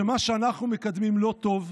שמה שאנחנו מקדמים, הוא לא טוב.